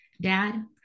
dad